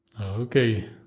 Okay